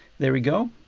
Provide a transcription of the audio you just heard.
there we go,